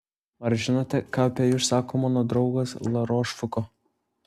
ar žinote ką apie jus sako mano draugas larošfuko